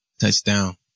Touchdown